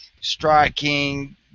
Striking